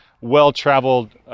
well-traveled